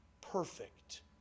perfect